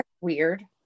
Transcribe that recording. weird